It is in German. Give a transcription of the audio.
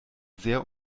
sehr